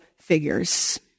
figures